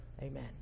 Amen